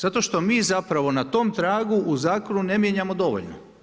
Zato što mi zapravo na tom tragu u zakonu ne mijenjamo dovoljno.